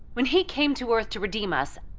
when he came to earth to redeem us,